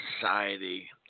society